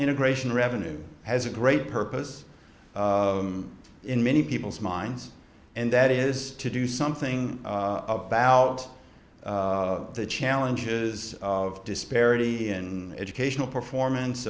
integration revenue has a great purpose in many people's minds and that is to do something about the challenges of disparity in educational performance